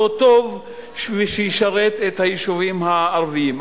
טוב ושהוא ישרת את היישובים הערביים.